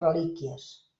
relíquies